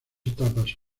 etapas